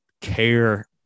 care